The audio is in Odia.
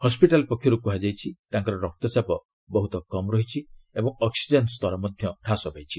ହସ୍କିଟାଲ ପକ୍ଷରୁ କୁହାଯାଇ ତାଙ୍କର ରକ୍ତଚାପ ବହୁତ କମ୍ ରହିଛି ଓ ଅକ୍କିଜେନ୍ ସ୍ତର ମଧ୍ୟ ହ୍ରାସ ପାଇଛି